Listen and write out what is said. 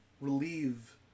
relieve